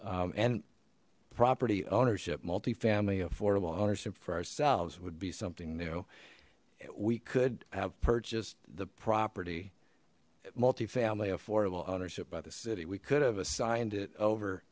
and property ownership multifamily affordable ownership for ourselves would be something new we could have purchased the property multifamily affordable ownership by the city we could have assigned it over